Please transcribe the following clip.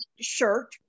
shirt